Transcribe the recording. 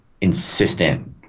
insistent